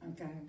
okay